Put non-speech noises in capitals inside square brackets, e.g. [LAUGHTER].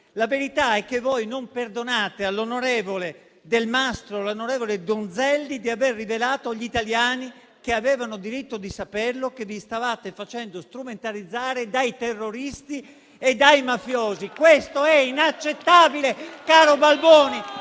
la verità è che voi non perdonate all'onorevole Delmastro e all'onorevole Donzelli di aver rivelato agli italiani, che avevano diritto di saperlo, che vi stavate facendo strumentalizzare dai terroristi e dai mafiosi». [APPLAUSE] Questo è inaccettabile, caro Balboni,